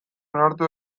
onartu